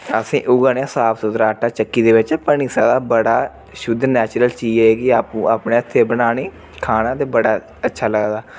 असें उ'ऐ नेहा साफ़ सुथरा आटा चक्की दे बिच्च बनी सकदा बड़ा शुद्ध नेचुरल चीज़ ऐ एह् कि आपूं अपने हत्थें बनानी खाना ते बड़ा अच्छा लगदा